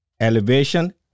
elevation